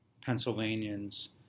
Pennsylvanians